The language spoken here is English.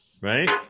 right